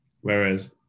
whereas